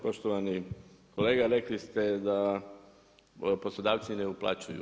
Poštovani kolega, rekli ste da poslodavci ne uplaćuju.